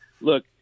look